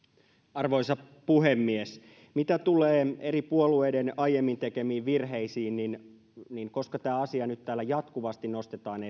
arvoisa puhemies mitä tulee eri puolueiden aiemmin tekemiin virheisiin niin niin koska tämä asia nyt täällä jatkuvasti nostetaan